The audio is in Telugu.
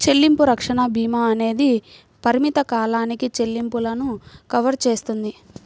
చెల్లింపు రక్షణ భీమా అనేది పరిమిత కాలానికి చెల్లింపులను కవర్ చేస్తుంది